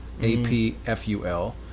A-P-F-U-L